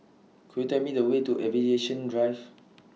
Could YOU Tell Me The Way to Aviation Drive